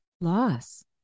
loss